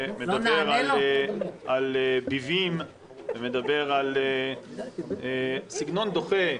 שמדבר על ביבים ומדבר על סגנון דוחה,